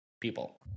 people